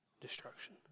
destruction